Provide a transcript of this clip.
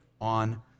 on